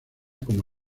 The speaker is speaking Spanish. como